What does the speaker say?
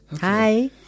hi